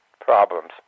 problems